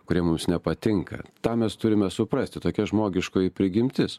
kurie mums nepatinka tą mes turime suprasti tokia žmogiškoji prigimtis